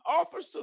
officers